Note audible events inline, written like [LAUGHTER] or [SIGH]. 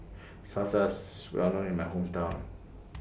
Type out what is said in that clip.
Salsa IS Well known in My Hometown [NOISE]